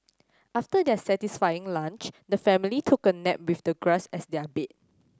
after their satisfying lunch the family took a nap with the grass as their bed